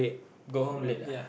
go home late ah